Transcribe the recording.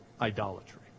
idolatry